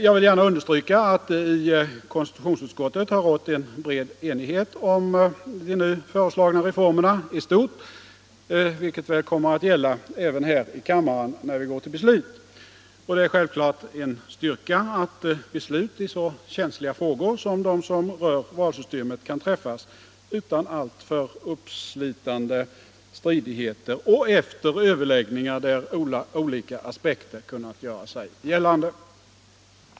Jag vill gärna understryka att det i konstitutionsutskottet har rått en bred enighet om de nu föreslagna reformerna i stort, vilket väl kommer att gälla också här i kammaren när vi går till beslut. Det är självklart en styrka att beslut i så känsliga frågor som de som berör valsystemet kan träffas utan alltför uppslitande stridigheter och efter överläggningar där olika aspekter kunnat göra sig gällande.